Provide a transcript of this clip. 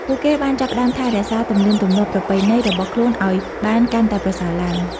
ពួកគេបានចាប់ផ្តើមថែរក្សាទំនៀមទម្លាប់ប្រពៃណីរបស់ខ្លួនឱ្យបានកាន់តែប្រសើរឡើង។